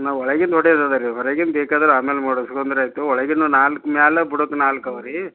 ನಾವು ಒಳಗಿಂದ ಹೊಡ್ಯದು ಇದೇರೀ ಹೊರಗಿಂದ ಬೇಕಾದ್ರೆ ಆಮೇಲೆ ಮಾಡಿಸ್ಕೊಂಡ್ರಾಯ್ತು ಒಳಗಿಂದು ನಾಲ್ಕು ಮೇಲೆ ಬುಡದ ನಾಲ್ಕು ಇವೆ ರೀ